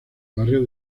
barrio